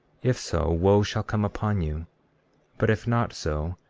if so, wo shall come upon you but if not so,